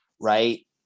right